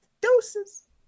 Doses